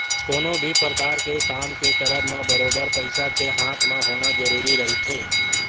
कोनो भी परकार के काम के करब म बरोबर पइसा के हाथ म होना जरुरी रहिथे